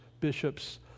bishops